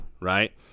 Right